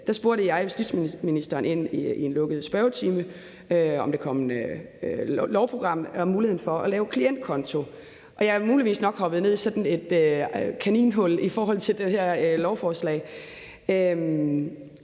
justitsministeren i en lukket spørgetime, om lovprogrammet i forhold til muligheden for at lave en klientkonto. Jeg er muligvis nok hoppet ned i sådan et kaninhul i forhold til det her lovforslag,